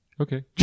Okay